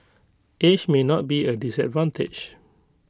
age may not be A disadvantage